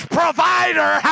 provider